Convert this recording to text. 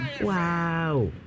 Wow